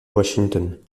washington